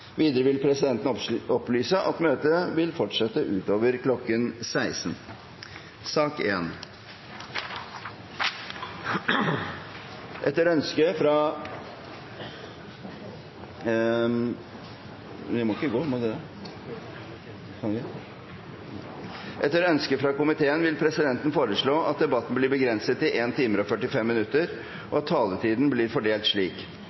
Videre vil presidenten opplyse om at møtet vil fortsette utover kl. 16. Presidenten vil foreslå at sakene nr. 1–3 behandles under ett. – Det anses vedtatt. Etter ønske fra finanskomiteen vil presidenten foreslå at debatten blir begrenset til 1 time og 45 minutter, og at taletiden blir fordelt slik: